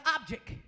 object